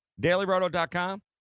DailyRoto.com